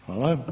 Hvala.